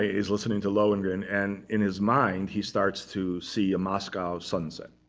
ah he's listening to lohengrin, and in his mind, he starts to see a moscow sunset.